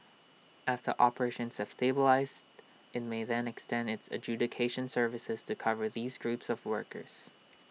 after operations have stabilised IT may then extend its adjudication services to cover these groups of workers